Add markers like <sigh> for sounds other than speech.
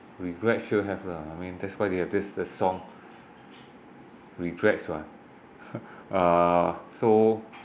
regret sure have lah I mean that's why they have this the song regrets what <laughs> uh so